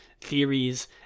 theories